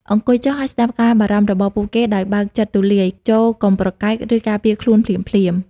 អង្គុយចុះ ហើយស្តាប់ការបារម្ភរបស់ពួកគេដោយបើកចិត្តទូលាយ ចូរកុំប្រកែក ឬការពារខ្លួនភ្លាមៗ។